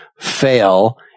fail